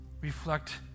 reflect